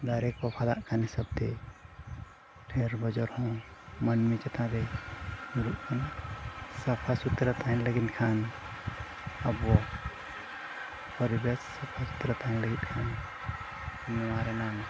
ᱫᱟᱨᱮ ᱠᱚ ᱯᱷᱟᱫᱟᱜ ᱠᱟᱱ ᱦᱤᱥᱟᱹᱵ ᱛᱮ ᱰᱷᱮᱹᱨ ᱵᱚᱡᱚᱨ ᱦᱚᱸ ᱢᱟᱹᱱᱢᱤ ᱪᱮᱛᱟᱱ ᱨᱮ ᱧᱩᱨᱩᱜ ᱠᱟᱱᱟ ᱥᱟᱯᱷᱟ ᱥᱩᱛᱨᱟᱹ ᱛᱟᱦᱮᱱ ᱞᱟᱹᱜᱤᱫ ᱠᱷᱟᱱ ᱟᱵᱚ ᱯᱚᱨᱤᱵᱮᱥ ᱥᱟᱯᱷᱟ ᱥᱩᱛᱨᱟᱹ ᱛᱟᱦᱮᱱ ᱞᱟᱹᱜᱫ ᱠᱷᱟᱱ ᱱᱚᱣᱟ ᱨᱮᱱᱟᱝ